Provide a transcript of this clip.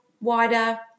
wider